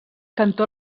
cantó